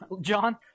John